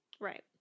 right